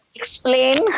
explain